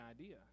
idea